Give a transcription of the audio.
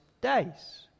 days